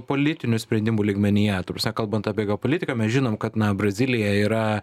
politinių sprendimų lygmenyje ta prasme kalbant apie geopolitiką mes žinom kad na brazilija yra